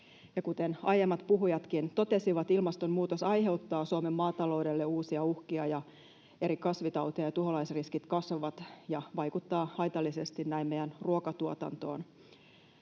Kuten aiemmatkin puhujat totesivat, ilmastonmuutos aiheuttaa Suomen maataloudelle uusia uhkia — eri kasvitauti- ja tuholaisriskit kasvavat — ja vaikuttaa haitallisesti näin meidän ruokatuotantoon.